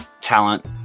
talent